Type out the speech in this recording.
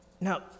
now